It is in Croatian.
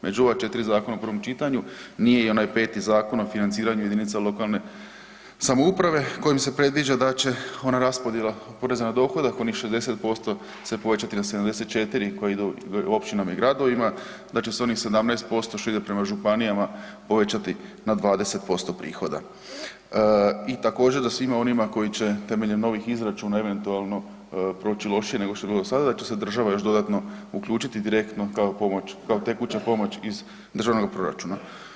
Među ova četiri zakona u prvom čitanju nije i onaj peti Zakon o financiranju jedinica lokalne samouprave kojim se predviđa da će ona raspodjela poreza na dohodak onih 60% se povećati na 74 koji idu općinama i gradovima, da će se onih 17% što ide prema županijama povećati na 20% prihoda i također da svima onima koji će temeljem novih izračuna eventualno proći lošije nego što je bilo do sada da će se država još dodatno uključiti direktno kao tekuća pomoć iz državnog proračuna.